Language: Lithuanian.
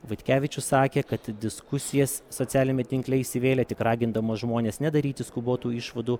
vaitkevičius sakė kad į diskusijas socialiniame tinkle įsivėlė tik ragindamas žmones nedaryti skubotų išvadų